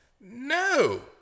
No